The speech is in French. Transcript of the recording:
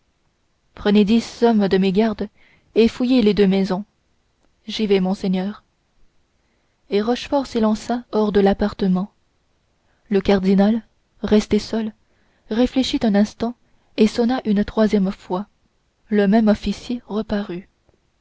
prenez dix hommes de mes gardes et fouillez les deux maisons j'y vais monseigneur et rochefort s'élança hors de l'appartement le cardinal resté seul réfléchit un instant et sonna une troisième fois le même officier reparut